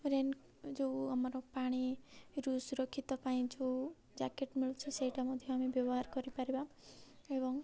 rain ଯେଉଁ ଆମର ପାଣିରୁ ସୁରକ୍ଷିତ ପାଇଁ ଯେଉଁ ଜ୍ୟାକେଟ୍ ମିଳୁଛିି ସେଇଟା ମଧ୍ୟ ଆମେ ବ୍ୟବହାର କରିପାରିବା ଏବଂ